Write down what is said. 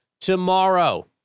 tomorrow